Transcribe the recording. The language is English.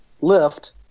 lift